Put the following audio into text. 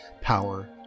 power